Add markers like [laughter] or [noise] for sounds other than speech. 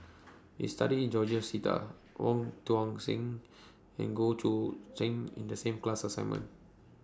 We studied George Sita Wong Tuang Seng and Goh Choo San in The same class assignment [noise]